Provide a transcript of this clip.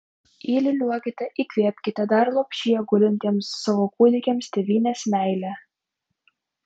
įliūliuokite įkvėpkite dar lopšyje gulintiems savo kūdikiams tėvynės meilę